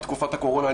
בתקופת הקורונה,